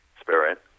Spirit